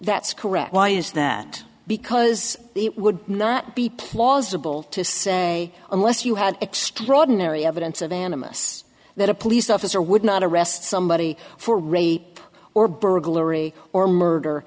that's correct why is that because it would not be plausible to say unless you had extraordinary evidence of animists that a police officer would not arrest somebody for rape or burglary or murder